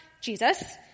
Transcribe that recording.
Jesus